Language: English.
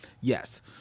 Yes